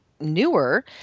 newer